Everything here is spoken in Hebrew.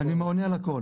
אני עונה על הכל.